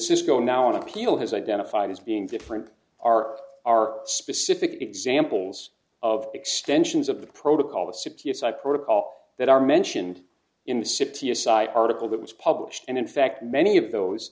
go now on appeal has identified as being different are are specific examples of extensions of the protocol the six years i protocol that are mentioned in the city aside article that was published and in fact many of those